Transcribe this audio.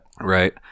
Right